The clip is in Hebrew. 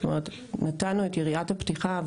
נתנו את יריית הפתיחה,